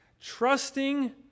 trusting